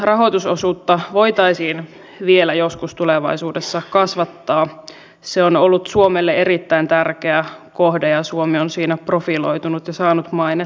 hyviä vastauksia on myös löytynyt mutta työmarkkinajärjestöt eivät löydä näistä sellaista yhteistä nimittäjää jonka kanssa molemmat osapuolet voisivat kokea onnistuvansa tehtävässään